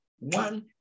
one